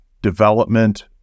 development